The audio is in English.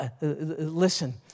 listen